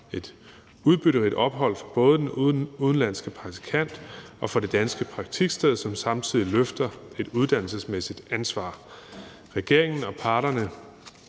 et udbytterigt ophold for både den udenlandske praktikant og for det danske praktiksted, som samtidig løfter et uddannelsesmæssigt ansvar. Regeringen og parterne